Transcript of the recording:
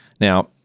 Now